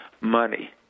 money